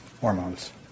hormones